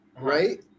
right